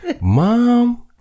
mom